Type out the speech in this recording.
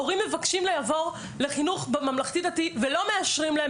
הורים מבקשים לעבור לחינוך בממלכתי-דתי ולא מאשרים להם,